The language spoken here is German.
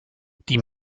die